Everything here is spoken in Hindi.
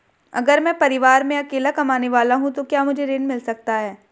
अगर मैं परिवार में अकेला कमाने वाला हूँ तो क्या मुझे ऋण मिल सकता है?